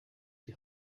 die